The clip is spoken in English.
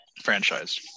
franchise